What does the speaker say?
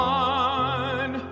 one